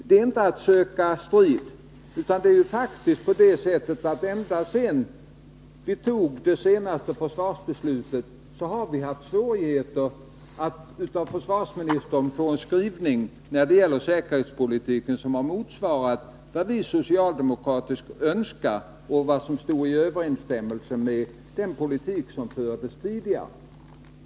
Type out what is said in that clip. Det här är inte att söka strid, men ända sedan det senaste försvarsbeslutet fattades har det varit svårt att av försvarsministern få en skrivning när det gäller säkerhetspolitiken som motsvarat vad vi socialdemokrater önskat och vad som stått i överensstämmelse med den politik som fördes tidigare.